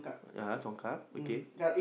ya congkak okay